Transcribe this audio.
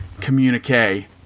communique